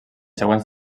següents